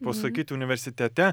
pasakyti universitete